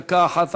דקה אחת,